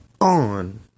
on